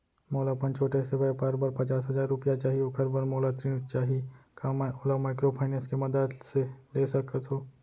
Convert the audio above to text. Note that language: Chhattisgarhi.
मोला अपन छोटे से व्यापार बर पचास हजार रुपिया चाही ओखर बर मोला ऋण चाही का मैं ओला माइक्रोफाइनेंस के मदद से ले सकत हो?